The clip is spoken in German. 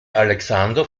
alexander